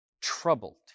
troubled